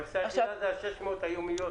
המכסה זה ה-600 ביום.